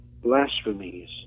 blasphemies